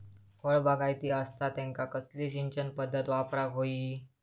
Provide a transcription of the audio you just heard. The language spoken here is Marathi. फळबागायती असता त्यांका कसली सिंचन पदधत वापराक होई?